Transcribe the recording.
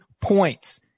points